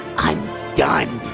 i'm done.